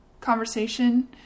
conversation